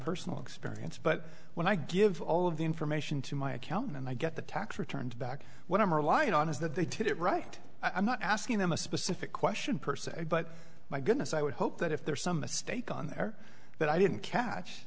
personal experience but when i give all of the information to my accountant and i get the tax returns back when i'm relying on is that they did it right i'm not asking them a specific question per se but my goodness i would hope that if there is some mistake on there but i didn't catch